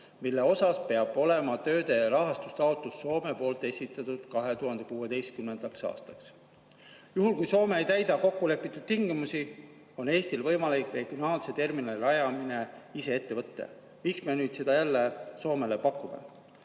mille kohta peab olema tööde rahastuse taotlus Soome poolt esitatud 2016. aastaks. Juhul kui Soome ei täida kokkulepitud tingimusi, on Eestil võimalik regionaalse terminali rajamine ise ette võtta. Miks me nüüd seda jälle Soomele